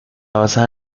basada